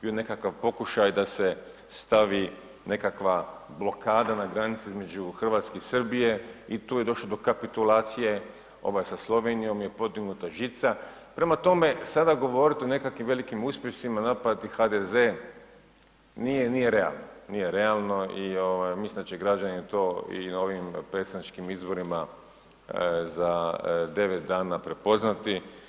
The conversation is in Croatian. Bio je nekakav pokušaj da se stavi nekakva blokada na granici između Hrvatske i Srbije i tu je došlo do kapitulacije, sa Slovenijom je podignuta žica, prema tome sada govoriti o nekakvim velikim uspjesima i napadati HDZ nije realno i mislim da će građani to i ovim predsjedničkim izborima za 9 dana prepoznati.